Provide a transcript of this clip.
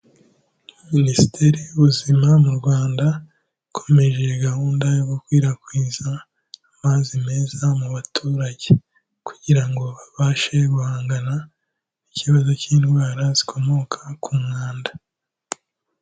Minisiteri y'Ubuzima mu Rwanda ikomeje gahunda yo gukwirakwiza amazi meza mu baturage kugira ngo babashe guhangana n'ikibazo cy'indwara zikomoka ku mwanda.